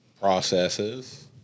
processes